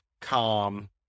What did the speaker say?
calm